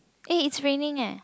eh it's raining eh